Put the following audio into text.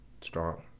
strong